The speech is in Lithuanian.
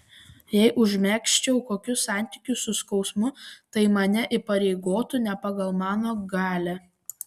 jei užmegzčiau kokius santykius su skausmu tai mane įpareigotų ne pagal mano galią